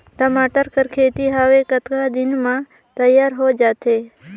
टमाटर कर खेती हवे कतका दिन म तियार हो जाथे?